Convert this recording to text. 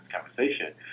conversation